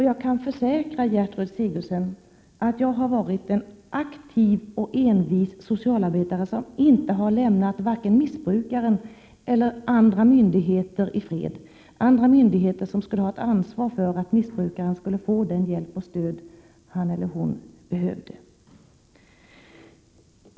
Jag kan försäkra Gertrud Sigurdsen att jag har varit en aktiv och envis socialarbetare, som inte har lämnat vare sig missbrukaren eller myndigheter i fred, myndigheter som skulle ha ett ansvar för att missbrukaren skulle få den hjälp och det stöd som han eller hon behövt.